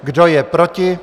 Kdo je proti?